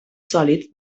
sòlid